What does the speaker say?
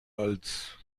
als